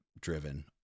driven